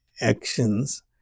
actions